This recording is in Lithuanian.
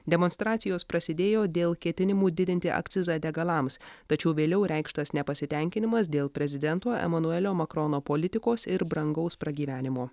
demonstracijos prasidėjo dėl ketinimų didinti akcizą degalams tačiau vėliau reikštas nepasitenkinimas dėl prezidento emanuelio makrono politikos ir brangaus pragyvenimo